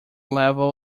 level